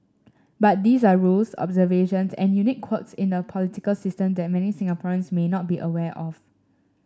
but these are rules observations and unique quirks in a political system that many Singaporeans may not be aware of